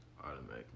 automatically